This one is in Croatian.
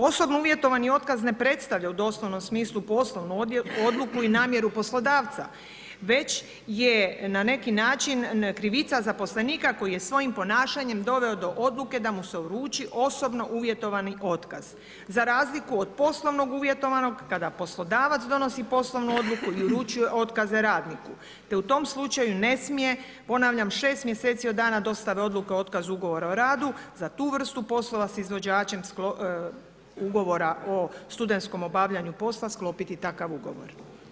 Osobno uvjetovani otkaz ne predstavlja u doslovnom smislu poslovnu odluku i namjeru poslodavca, već je na neki način krivica zaposlenika koji je svojim ponašanjem doveo do odluke da mu se uruči osobno uvjetovani otkaz, za razliku od poslovno uvjetovanog kada poslodavac donosi poslovnu odluku i uručuje otkaze radniku te u tom slučaju ne smije, ponavljam, 6 mjeseci od dana dostave odluke o otkazu ugovora o radu za tu vrstu poslova s izvođačem ugovora o studentskom obavljanju posla sklopiti takav ugovor.